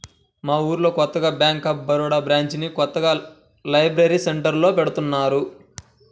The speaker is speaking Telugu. మా ఊళ్ళో కొత్తగా బ్యేంక్ ఆఫ్ బరోడా బ్రాంచిని కొత్తగా లైబ్రరీ సెంటర్లో పెడతన్నారు